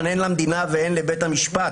מסוכן, הן למדינה והן לבית המשפט.